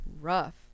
rough